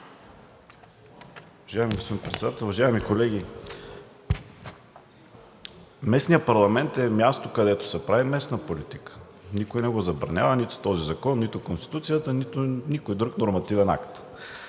Уважаеми господин Председател, уважаеми колеги! Местният парламент е място, където се прави местна политика. Никой не го забранява – нито този закон, нито Конституцията, нито никой друг нормативен акт.